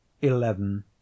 eleven